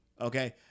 Okay